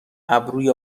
ابروی